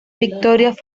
victorias